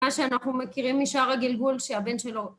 מה שאנחנו מכירים משאר הגלגול שהבן שלו